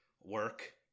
work